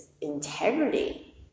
integrity